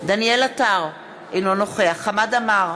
דניאל עטר, אינו נוכח חמד עמאר,